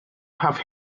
have